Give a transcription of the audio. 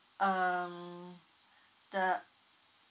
um the